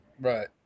Right